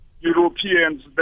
Europeans